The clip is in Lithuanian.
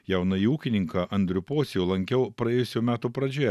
jaunąjį ūkininką andrių pocių lankiau praėjusių metų pradžioje